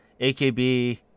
AKB